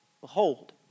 Behold